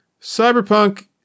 Cyberpunk